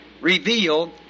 revealed